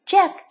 Jack